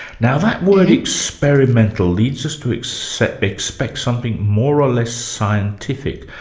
now that word experimental leads us to expect expect something more or less scientific.